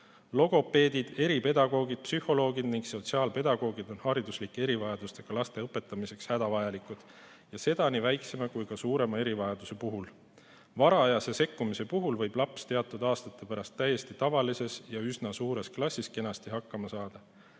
Logopeedid, eripedagoogid, psühholoogid ja sotsiaalpedagoogid on hariduslike erivajadustega laste õpetamiseks hädavajalikud, seda nii väiksema kui ka suurema erivajaduse puhul. Varajase sekkumise korral võib laps teatud aastate pärast täiesti tavalises ja üsna suures klassis kenasti hakkama saada,